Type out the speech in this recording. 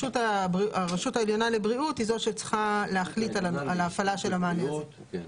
הרשות העליונה לבריאות היא זו שצריכה להחליט על ההפעלה של המענה הזה.